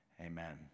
Amen